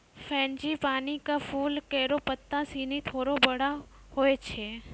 frangipani क फूल केरो पत्ता सिनी थोरो बड़ो होय छै